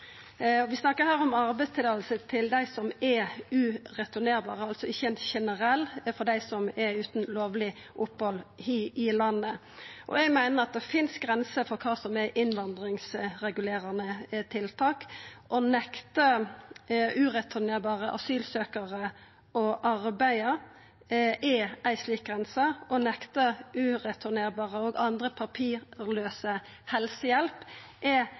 Vi snakkar her om arbeidsløyve til dei om er ureturnerbare, altså ikkje generelt for dei som er utan lovleg opphald i landet. Eg meiner at det finst grenser for kva som er innvandringsregulerande tiltak. Å nekta ureturnerbare asylsøkjarar å arbeida er ei slik grense. Å nekta ureturnerbare og andre utan papir helsehjelp er